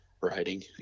riding